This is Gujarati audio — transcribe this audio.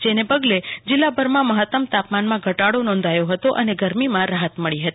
જેને પગલે જિલ્લા ભરમાં મહત્તમ તાપમાનમાં ઘટાડો નોંધાયો હતો જેને પગલે ગરમીમાં રાહત મળી હતી